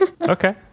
Okay